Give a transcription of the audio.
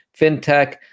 fintech